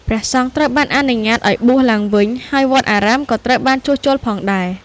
ព្រះសង្ឃត្រូវបានអនុញ្ញាតឱ្យបួសឡើងវិញ ហើយវត្តអារាមក៏ត្រូវបានជួសជុលផងដែរ។